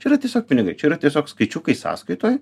čia yra tiesiog pinigai čia yra tiesiog skaičiukai sąskaitoj